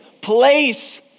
place